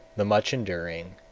the much enduring,